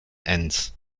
enns